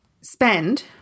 spend